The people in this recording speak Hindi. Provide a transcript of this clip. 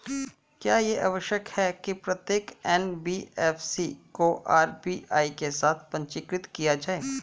क्या यह आवश्यक है कि प्रत्येक एन.बी.एफ.सी को आर.बी.आई के साथ पंजीकृत किया जाए?